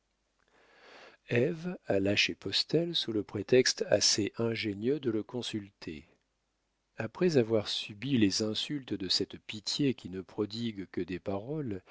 ève alla chez postel sous le prétexte assez ingénieux de le consulter après avoir subi les insultes de cette pitié qui ne prodigue que des paroles